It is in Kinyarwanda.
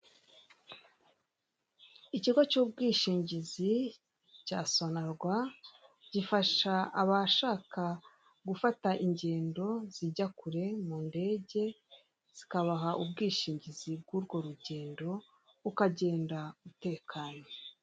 Ikigo cy'ubwishingizi cya sonarwa, gifasha abashaka gufata ingendo zijya kure mundege, zikabaha ubwishingizi bw'urwo rugendo ukagenda utekanye.